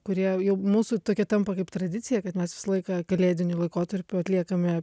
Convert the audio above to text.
kurie jau mūsų tokia tampa kaip tradicija kad mes visą laiką kalėdiniu laikotarpiu atliekame